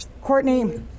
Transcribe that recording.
Courtney